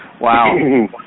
Wow